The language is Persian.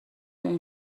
اون